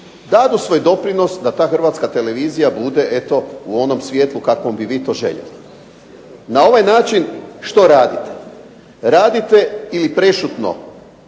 dadu svoj doprinos da ta Hrvatska televizija bude eto u onom svjetlu kakvom bi vi to željeli. Na ovaj način što radite? Radite ili prešutno